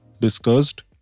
discussed